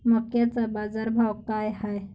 मक्याचा बाजारभाव काय हाय?